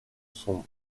son